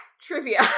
Trivia